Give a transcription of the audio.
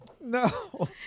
No